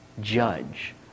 judge